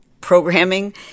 programming